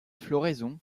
floraison